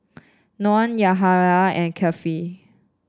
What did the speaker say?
Noah Yahaya and Kefli